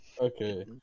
Okay